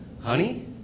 honey